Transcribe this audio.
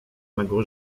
mego